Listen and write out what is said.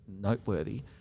noteworthy